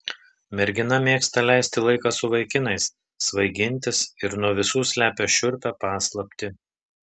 mergina mėgsta leisti laiką su vaikinais svaigintis ir nuo visų slepia šiurpią paslaptį